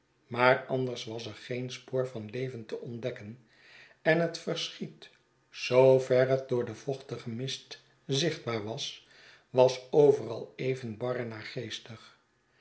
maar anders was er geen spoor van leven te ontdekken en het verschiet zooverhet door den vochtigen mist zichtbaar was was overal even bar